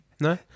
No